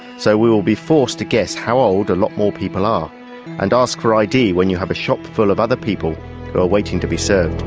so we will be forced to guess how old a lot more people are and ask for id when you have a shop full of other people who are waiting to be served.